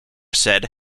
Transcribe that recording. said